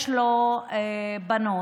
יש לו בנות,